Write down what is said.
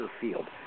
field